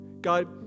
God